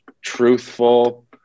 truthful